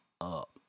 up